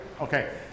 Okay